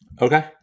Okay